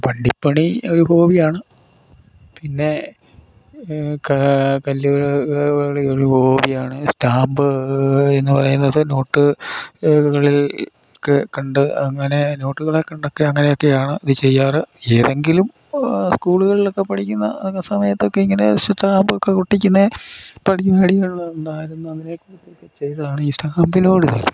വണ്ടിപ്പണി ഒരു ഹോബിയാണ് പിന്നെ കല്ലുകളി ഒരു ഹോബിയാണ് സ്റ്റാമ്പ് എന്ന് പറയുന്നത് നോട്ട് കളിലക്കെ കണ്ട് അങ്ങനെ നോട്ടുകളെ കണ്ടൊക്കെ അങ്ങനെയൊക്കെയാണ് ഇത് ചെയ്യാറ് ഏതെങ്കിലും സ്കൂളുകളിലൊക്കെ പഠിക്കുന്ന സമയത്തൊക്കെ ഇങ്ങനെ സ്റ്റാമ്പൊക്കെ ഒട്ടിക്കുന്നത് പടിപാടികൾ ഉണ്ടായിരുന്നു അങ്ങനൊക്കെ ചെയ്താണ് ഈ സ്റ്റാമ്പിനോട് താല്പര്യം വന്നത്